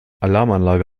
alarmanlage